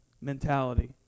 mentality